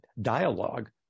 dialogue